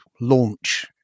launch